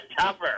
tougher